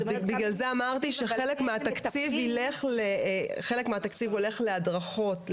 בגלל זה אמרתי שחלק מהתקציב הולך להדרכות,